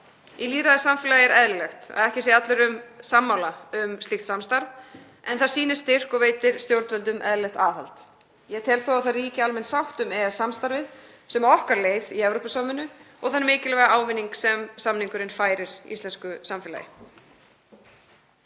Í lýðræðissamfélagi er eðlilegt að ekki sé allir sammála um slíkt samstarf en það sýnir styrk og veitir stjórnvöldum eðlilegt aðhald. Ég tel þó að það ríki almenn sátt um EES-samstarfið sem okkar leið í Evrópusamvinnu og þann mikilvæga ávinning sem samningurinn færir íslensku samfélagi.